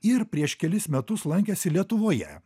ir prieš kelis metus lankėsi lietuvoje